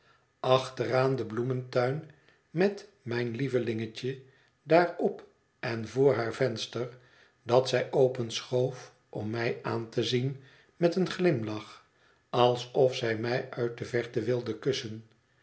rollen achteraan den bloemtuin met mijn lievelingetje daarop en voor haar venster dat zij openschoof om mij aan te zien met een glimlach alsof zij mij uit de verte wilde kussen